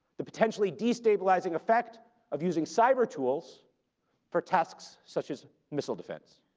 the potentially destabilizing effect of using cyber tools for tasks such as missile defense,